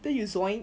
then you